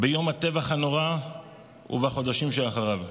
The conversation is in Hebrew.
ביום הטבח הנורא ובחודשים שאחריו.